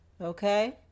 Okay